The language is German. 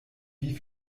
wie